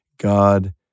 God